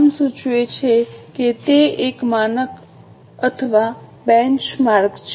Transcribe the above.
નામ સૂચવે છે કે તે એક માનક અથવા બેંચમાર્ક છે